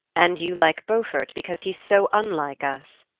and you like beaufort because he's so unlike us.